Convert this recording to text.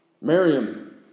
Miriam